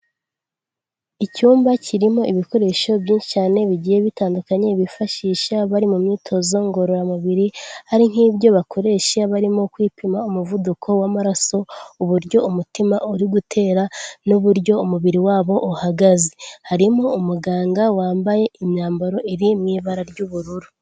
Icyumba kirimo ibikoresho byinshi cyane bigiye bitandukanye bifashisha bari mu myitozo ngororamubiri, hari nk'ibyo bakoresha barimo kwipima umuvuduko w'amaraso, uburyo umutima uri gutera n'uburyo umubiri wabo uhagaze, harimo umuganga wambaye imyambaro iri mu ibara ry'ubururu.